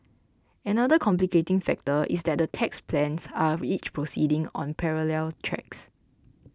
another complicating factor is that the tax plans are each proceeding on parallel tracks